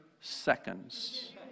seconds